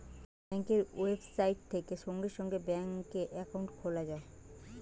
ব্যাঙ্কের ওয়েবসাইট থেকে সঙ্গে সঙ্গে ব্যাঙ্কে অ্যাকাউন্ট খোলা যায়